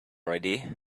ready